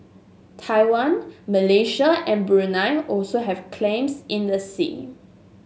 Taiwan Malaysia and Brunei also have claims in the sea